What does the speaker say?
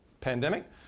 pandemic